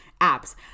apps